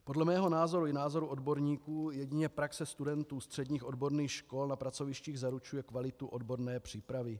Podle mého názoru i názoru odborníků jedině praxe studentů středních odborných škol na pracovištích zaručuje kvalitu odborné přípravy.